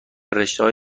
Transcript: رشته